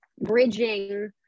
bridging